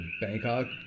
Bangkok